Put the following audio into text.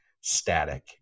static